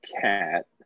cat